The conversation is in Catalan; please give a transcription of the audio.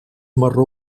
marró